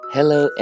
Hello